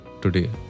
today